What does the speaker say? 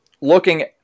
looking